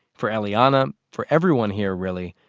for, eliana, for everyone here really,